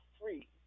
free